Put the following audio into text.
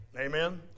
amen